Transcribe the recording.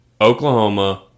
Oklahoma